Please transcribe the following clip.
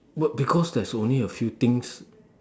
but because there is only a few things